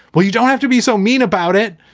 well, you don't have to be so mean about it.